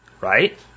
Right